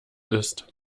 ist